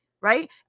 right